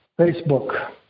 Facebook